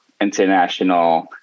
International